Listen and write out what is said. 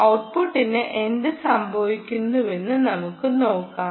ഔട്ട്പുട്ടിന് എന്ത് സംഭവിക്കുമെന്ന് നമുക്ക് നോക്കാം